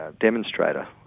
demonstrator